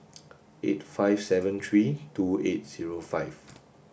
eight five seven three two eight zero five